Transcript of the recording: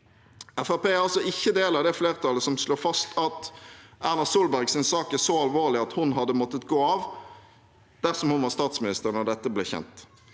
er ikke en del av det flertallet som slår fast at Erna Solbergs sak er så alvorlig at hun hadde måttet gå av dersom hun var statsminister da dette ble kjent.